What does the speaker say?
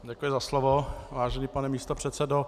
Děkuji za slovo, vážený pane místopředsedo.